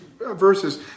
Verses